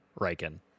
Riken